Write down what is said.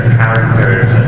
characters